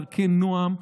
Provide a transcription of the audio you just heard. דרכי נועם,